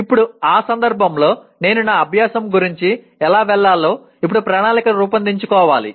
ఇప్పుడు ఆ సందర్భంలో నేను నా అభ్యాసం గురించి ఎలా వెళ్ళాలో ఇప్పుడు ప్రణాళిక రూపొందించుకోవాలి